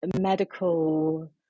medical